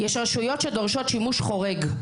יש רשויות שדורשות שימוש חורג,